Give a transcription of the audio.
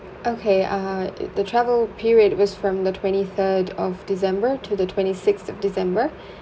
okay (uh huh) the the travel period was from the twenty third of december to the twenty sixth of december